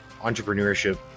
entrepreneurship